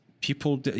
People